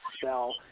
spell